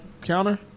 counter